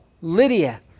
Lydia